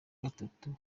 gatatu